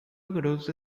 garota